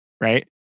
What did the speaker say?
right